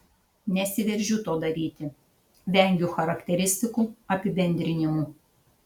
nesiveržiu to daryti vengiu charakteristikų apibendrinimų